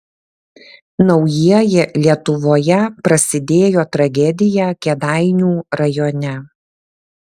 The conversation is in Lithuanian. naujieji lietuvoje prasidėjo tragedija kėdainių rajone